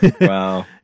Wow